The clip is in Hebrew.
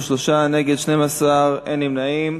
בעד, 33, נגד 12, אין נמנעים.